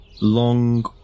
long